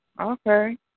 Okay